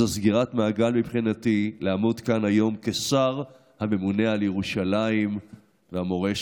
זו סגירת מעגל מבחינתי לעמוד כאן היום כשר הממונה על ירושלים והמורשת.